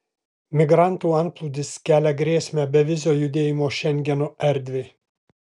migrantų antplūdis kelia grėsmę bevizio judėjimo šengeno erdvei